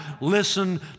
listen